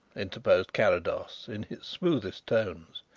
interposed carrados, in his smoothest tones.